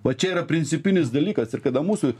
va čia yra principinis dalykas ir kada mūsų